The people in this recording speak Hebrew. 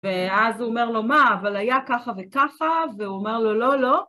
ואז הוא אומר לו, מה, אבל היה ככה וככה, והוא אומר לו, לא, לא.